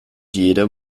jeder